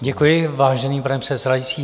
Děkuji, vážený pane předsedající.